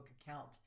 account